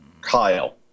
Kyle